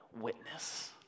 witness